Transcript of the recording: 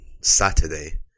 Saturday